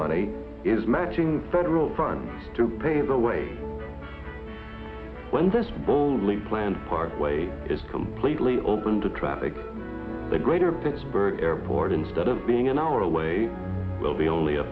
money is matching federal funds to pave the way when this boldly planned parkway is completely open to traffic the greater pittsburgh airport instead of being an hour away will be only a